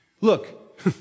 Look